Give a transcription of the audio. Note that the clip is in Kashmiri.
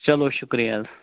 چلو شُکریہ حظ